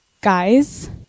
Guys